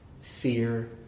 fear